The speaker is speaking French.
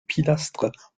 pilastres